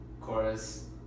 chorus